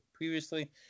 previously